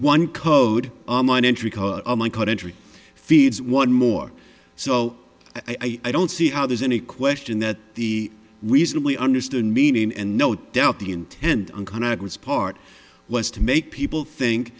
entry feeds one more so i don't see how there's any question that the reasonably understood meaning and no doubt the intent on congress part was to make people think